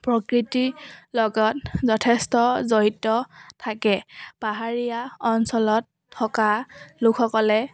প্ৰকৃতিৰ লগত যথেষ্ট জড়িত থাকে পাহাৰীয়া অঞ্চলত থকা লোকসকলে